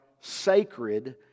sacred